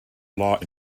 law